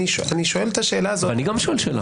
אני שואל את השאלה הזאת --- גם אני שואל שאלה.